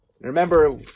Remember